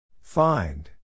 find